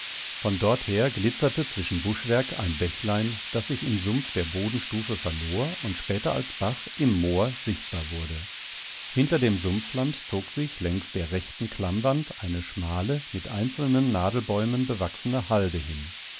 von dorther glitzerte zwischen buschwerk ein bächlein das sich im sumpf der bodenstufe verlor und später als bach im moor sichtbar wurde hinter dem sumpfland zog sich längs der rechten klammwand eine schmale mit einzelnen nadelbäumen bewachsene halde hin